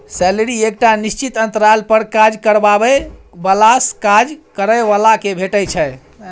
salary एकटा निश्चित अंतराल पर काज करबाबै बलासँ काज करय बला केँ भेटै छै